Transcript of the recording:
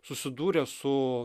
susidūrę su